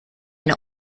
eine